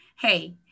hey